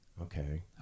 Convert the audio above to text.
okay